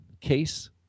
case